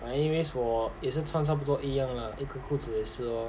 but anyways 我也是穿差不多一样 lah 一个裤子也是哦